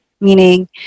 meaning